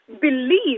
believe